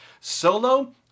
Solo